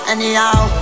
Anyhow